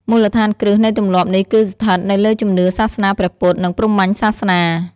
មូលដ្ឋានគ្រឹះនៃទម្លាប់នេះគឺស្ថិតនៅលើជំនឿសាសនាព្រះពុទ្ធ និងព្រហ្មញ្ញសាសនា។